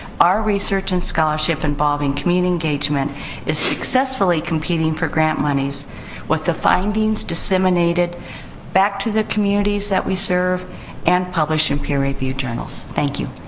our research and scholarship involving community engagement is successfully competing for grant monies with the findings disseminated back to the communities that we serve and published in peer reviewed journals. thank you.